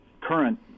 current